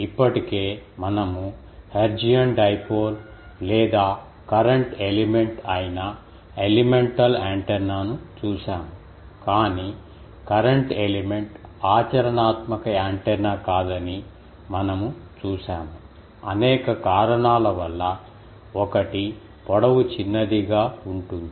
ఇప్పటికే మనము Hertzian dipole లేదా కరెంట్ ఎలిమెంట్ అయిన ఎలిమెంటల్ యాంటెన్నాను చూశాము కాని కరెంట్ ఎలిమెంట్ ఆచరణాత్మక యాంటెన్నా కాదని మనము చూశాము అనేక కారణాల వల్ల ఒకటి పొడవు చిన్నదిగా ఉంటుంది